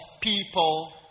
people